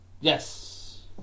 Yes